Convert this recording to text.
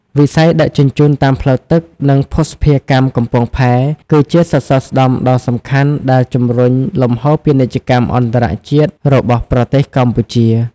វិស័យដឹកជញ្ជូនតាមផ្លូវទឹក និងភស្តុភារកម្មកំពង់ផែ គឺជាសសរស្តម្ភដ៏សំខាន់ដែលជំរុញលំហូរពាណិជ្ជកម្មអន្តរជាតិរបស់ប្រទេសកម្ពុជា។